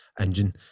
engine